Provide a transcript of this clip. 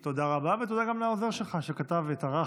ותודה גם לעוזר שלך שטרח